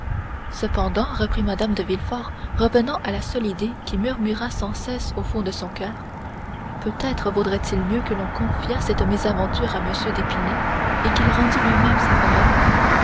cependant reprit mme de villefort revenant à la seule idée qui murmurât sans cesse au fond de son coeur peut-être vaudrait-il mieux que l'on confiât cette mésaventure à m d'épinay et qu'il rendît lui-même sa parole